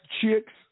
chicks